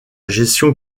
gestion